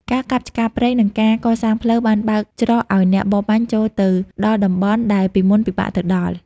ការកាប់ឆ្ការព្រៃ និងការកសាងផ្លូវបានបើកច្រកឱ្យអ្នកបរបាញ់ចូលទៅដល់តំបន់ដែលពីមុនពិបាកទៅដល់។